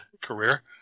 career